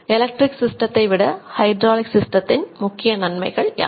electric சிஸ்டத்தை விட hydraulic சிஸ்டத்தின் முக்கிய நன்மைகள் யாவை